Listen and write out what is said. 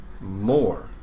more